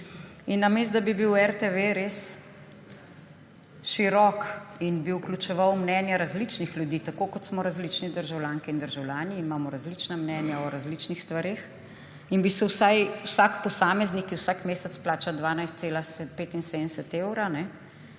in namesto da bi bil RTV res širok in bi vključeval mnenja različnih ljudi, tako kot smo različni državljanke in državljani, imamo različna mnenja o različnih stvareh, in bi se vsaj vsak posameznik, ki vsak mesec plača 12,75 evra, nekje